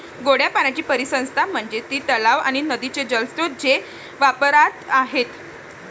गोड्या पाण्याची परिसंस्था म्हणजे ती तलाव आणि नदीचे जलस्रोत जे वापरात आहेत